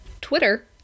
twitter